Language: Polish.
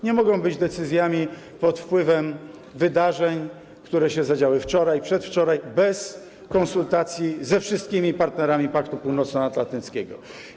Nie mogą być decyzjami pod wpływem wydarzeń, które się zadziały wczoraj, przedwczoraj, bez konsultacji ze wszystkimi partnerami Paktu Północnoatlantyckiego.